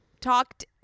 talked